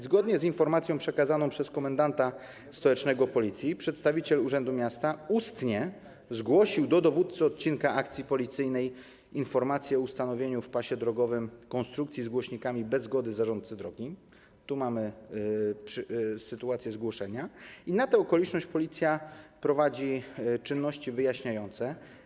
Zgodnie z informacją przekazaną przez komendanta stołecznego Policji przedstawiciel urzędu miasta ustnie zgłosił do dowódcy odcinka akcji policyjnej informację o ustanowieniu w pasie drogowym konstrukcji z głośnikami bez zgody zarządcy drogi - tu mamy sytuację zgłoszenia - i na tę okoliczność policja prowadzi czynności wyjaśniające.